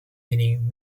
meaning